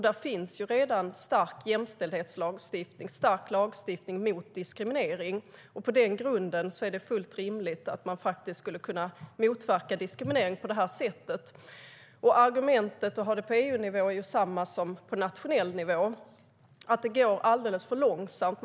Det finns redan en stark jämställdhetslagstiftning och en stark lagstiftning mot diskriminering, och på den grunden är det fullt rimligt att man faktiskt skulle kunna motverka diskriminering på det här sättet. Argumentet för att ha det på EU-nivå är detsamma som för att ha det på nationell nivå, det vill säga att det går alldeles för långsamt.